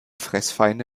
fressfeinde